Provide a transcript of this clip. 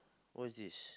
what's this